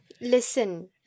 Listen